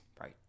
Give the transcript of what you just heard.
right